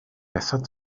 besser